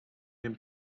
and